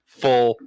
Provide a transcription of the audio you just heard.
full